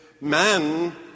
man